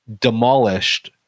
demolished